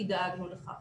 כי דאגנו לכך.